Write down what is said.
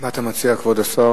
מה אתה מציע, כבוד השר?